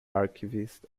archivist